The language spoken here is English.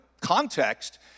context